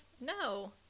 No